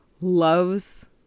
loves